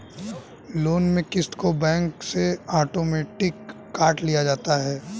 loan में क़िस्त को बैंक से आटोमेटिक काट लिया जाता है